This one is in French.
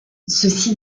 ceci